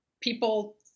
people